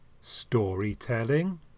Storytelling